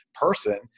person